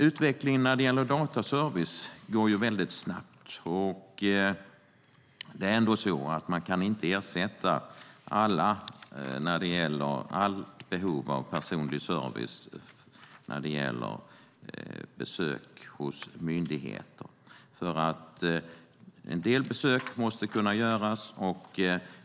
Utvecklingen när det gäller dataservice går väldigt snabbt. Man kan ändå inte ersätta alla behov av service, som personliga besök hos myndigheter, men en del besök måste kunna göras.